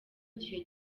gihe